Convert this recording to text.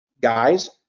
guys